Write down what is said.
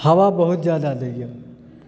हवा बहुत जादा देइए